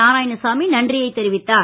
நாராயணசாமி நன்றியை தெரிவித்தார்